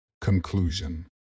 Conclusion